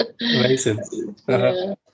Amazing